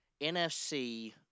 NFC